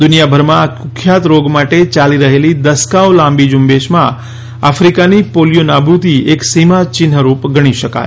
દુનિયાભરમાં આ કુખ્યાત રોગ માટે ચાલી રહેલી દસકાઓ લાંબી ઝૂંબેશમાં આફ્રિકાનીપોલિયી નાબુદી એક સીમાચિહ્નરૂપ ગણી શકાય